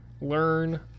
learn